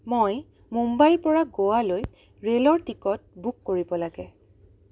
মই মুম্বাইৰ পৰা গোৱালৈ ৰে'লৰ টিকট বুক কৰিব লাগে